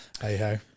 hey-ho